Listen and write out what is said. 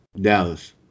Dallas